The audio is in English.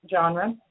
genre